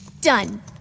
Done